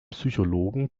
psychologen